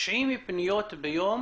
90 פניות ביום